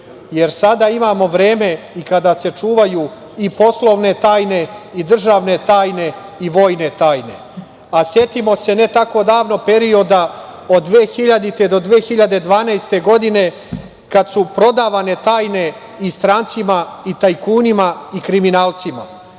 jer sada imamo vreme i kada se čuvaju i poslovne tajne i državne tajne i vojne tajne. Setimo se ne tako davno period od 2000. do 2012. godine kada su prodavane tajne i strancima i tajkunima i kriminalcima.